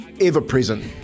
ever-present